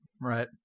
Right